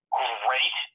great